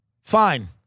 Fine